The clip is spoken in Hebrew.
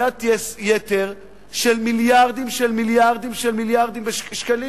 בגביית יתר של מיליארדים של מיליארדים של מיליארדים של שקלים.